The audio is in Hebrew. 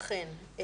אכן.